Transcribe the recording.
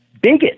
bigot